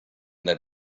that